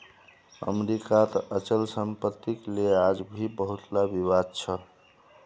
अमरीकात अचल सम्पत्तिक ले आज भी बहुतला विवाद छ